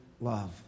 love